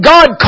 God